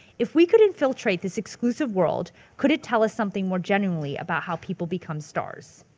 if we could infiltrate this exclusive world could it tell us something more genuinely about how people become stars?